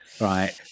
right